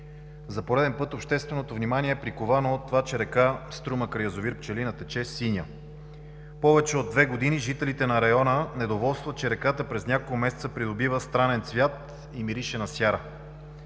За пореден път общественото внимание е приковано от това, че р. Струма край язовир „Пчелина“ тече синя. Повече от две години жителите на района недоволстват, че реката през няколко месеца придобива странен цвят и мирише на сяра.